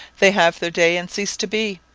they have their day and cease to be.